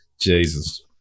Jesus